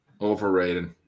Overrated